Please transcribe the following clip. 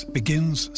begins